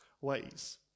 ways